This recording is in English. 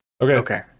Okay